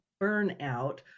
burnout